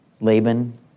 Laban